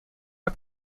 for